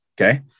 okay